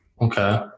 Okay